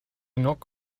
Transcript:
knock